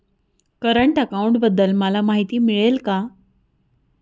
Current अकाउंटबद्दल मला माहिती मिळेल का?